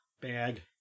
bag